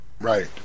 Right